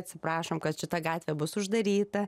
atsiprašom kad šita gatvė bus uždaryta